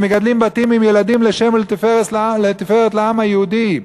ומגדלות בתים עם ילדים לשם ולתפארת לעם היהודי,